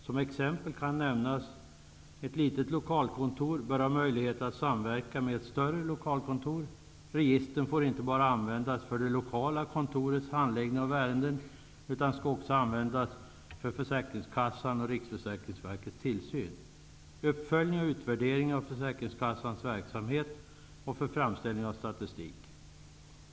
Som exempel kan nämnas att det föreslås att ett litet lokalkontor bör ha möjlighet att samverka med ett större lokalkontor. Registren får inte bara användas för det lokala kontorets handläggning av ärenden utan skall också användas för försäkringskassans och Riksförsäkringsverkets tillsyn, uppföljning och uppvärdering av försäkringskassans verksamhet och för framställning av statistik.